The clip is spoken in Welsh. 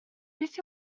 beth